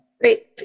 great